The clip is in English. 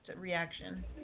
reaction